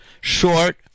short